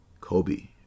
Kobe